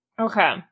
okay